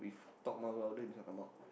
talk more louder this one come out